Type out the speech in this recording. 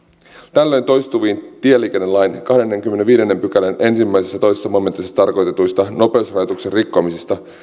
tällöin toistuvien tieliikennelain kahdennenkymmenennenviidennen pykälän yksi ja kaksi momentissa tarkoitettujen nopeusrajoituksen rikkomisten